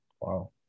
Wow